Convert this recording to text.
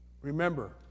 Remember